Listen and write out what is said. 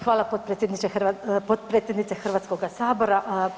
Hvala potpredsjednice Hrvatskoga sabora.